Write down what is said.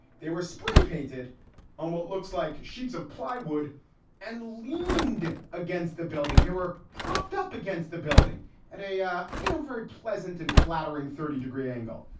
they were spray painted on what looks like sheets of plywood and leaned against the building. they were propped up against the building at eya. you know, very pleasant and flattering thirty degree angle.